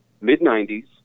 Mid-90s